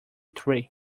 three